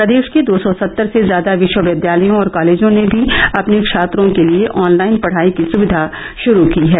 प्रदेश के दो सौ सत्तर से ज्यादा विश्वविद्यालयों और कॉलेजों ने भी अपने छात्रों के लिए ऑन लाइन पढ़ाई की सुविधा शुरू की है